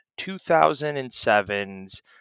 2007's